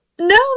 No